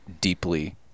deeply